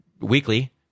weekly